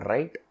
Right